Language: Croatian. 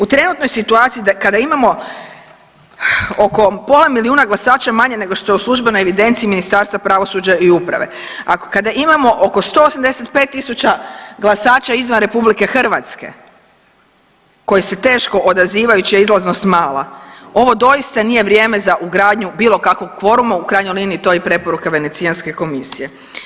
U trenutnoj situaciji da kada imamo oko pola milijuna glasača manje nego što je službenoj evidenciji Ministarstva pravosuđa i uprave, kada imamo oko 185.000 glasača izvan RH koji se teško odazivajući, a izlaznost mala, ovo doista nije vrijeme za ugradnju bilo kakvog kvoruma, u krajnjoj liniji, to je i preporuka Venecijanske komisije.